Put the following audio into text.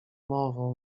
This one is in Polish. nową